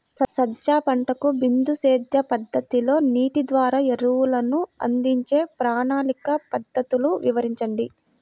సజ్జ పంటకు బిందు సేద్య పద్ధతిలో నీటి ద్వారా ఎరువులను అందించే ప్రణాళిక పద్ధతులు వివరించండి?